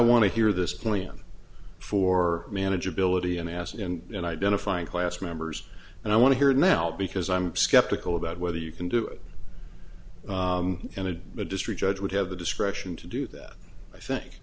want to hear this plan for manageability and asin in identifying class members and i want to hear it now because i'm skeptical about whether you can do it in a district judge would have the discretion to do that i